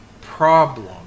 problem